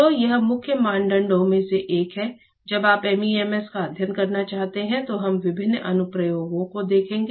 तो यह मुख्य मानदंडों में से एक है जब आप MEMS का अध्ययन करना चाहते हैं तो हम विभिन्न अनुप्रयोगों को देखेंगे